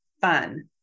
fun